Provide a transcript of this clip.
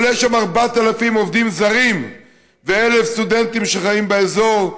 אבל יש שם 4,000 עובדים זרים ו-1,000 סטודנטים שחיים באזור,